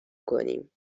کنیم